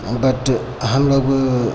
ओ but हम लोग